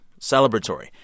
celebratory